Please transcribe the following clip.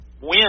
win